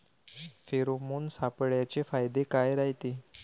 Pheromone सापळ्याचे फायदे काय रायते?